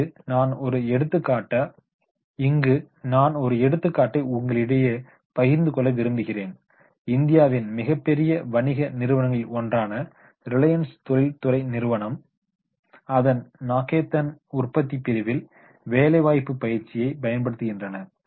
இங்கு நான் ஒரு எடுத்துக்காட்டை உங்களிடையே பகிர்ந்து கொள்ள விரும்புகிறேன் இந்தியாவின் மிகப்பெரிய வணிக நிறுவனங்களில் ஒன்றான ரிலையன்ஸ் தொழில்துறை நிறுவனம் அதன் நாகோதேன் உற்பத்தி பிரிவில் ஆன் தி ஜாப் ட்ரைனிங் பயன்படுத்துகின்றன